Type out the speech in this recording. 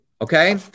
Okay